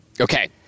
Okay